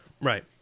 Right